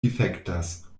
difektas